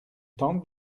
tante